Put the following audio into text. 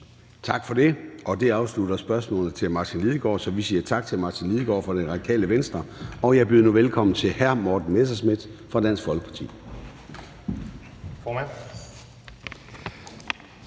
Tak for det. Det afslutter spørgsmålene til hr. Martin Lidegaard, så vi siger tak til hr. Martin Lidegaard fra Radikale Venstre. Jeg byder nu velkommen til hr. Morten Messerschmidt fra Dansk Folkeparti.